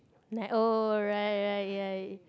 like oh right right ya